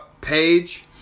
page